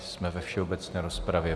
Jsme ve všeobecné rozpravě.